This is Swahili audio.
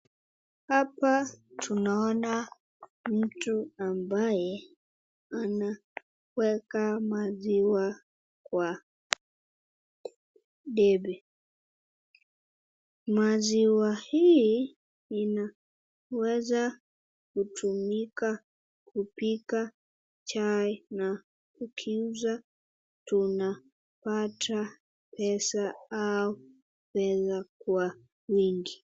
Hapa tunaona mtu ambaye anaweka maziwa kwa debe. Maziwa hii inaweza kutumika kupika chai na tukiuza tunapata pesa au pesa kwa wingi.